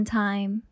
time